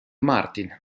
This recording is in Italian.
martin